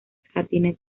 jardines